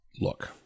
look